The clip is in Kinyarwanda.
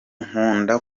nkunda